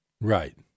Right